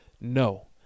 no